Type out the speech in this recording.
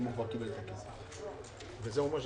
הוא אומר: